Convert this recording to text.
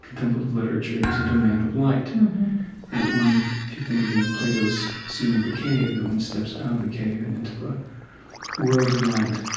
contemplative literature, is a domain of light mm-hmm that one, if you think even in plato's scene of the cave, that one steps out of the cave and into a world of light.